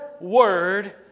word